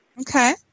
Okay